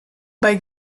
bei